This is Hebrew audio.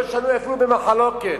לא שנוי אפילו במחלוקת.